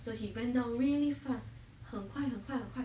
so he went down really fast 很快很快很快